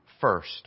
first